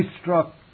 struck